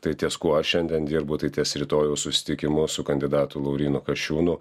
tai ties kuo aš šiandien dirbu tai ties rytojaus susitikimu su kandidatu laurynu kasčiūnu